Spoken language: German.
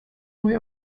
neu